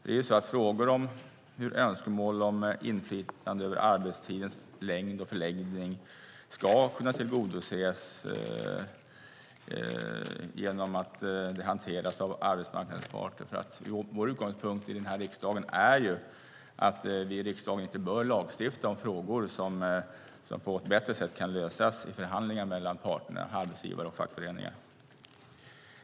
Det är ju så att önskemål om inflytande över arbetstidens förlängning och förläggning ska kunna tillgodoses genom att det hanteras av arbetsmarknadens parter. Vår utgångspunkt i den här riksdagen är ju att riksdagen inte bör lagstifta om frågor som kan lösas på ett bättre sätt i förhandlingar mellan parterna, mellan arbetsgivare och fackföreningar.